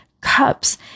cups